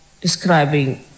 describing